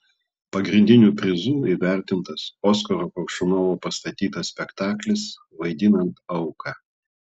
pagrindiniu prizu įvertintas oskaro koršunovo pastatytas spektaklis vaidinant auką